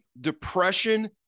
depression